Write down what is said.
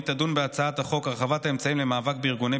במקום חבר הכנסת עמית הלוי תכהן חברת